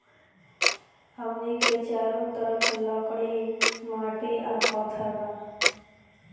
हमनी के चारो तरफ लकड़ी माटी आ पत्थर बा